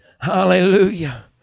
Hallelujah